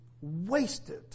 wasted